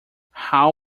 how